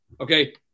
okay